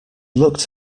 looked